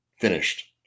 finished